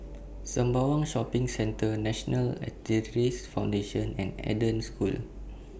Sembawang Shopping Centre National Arthritis Foundation and Eden School